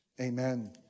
amen